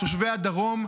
את תושבי הדרום.